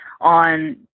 on